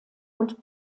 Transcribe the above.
und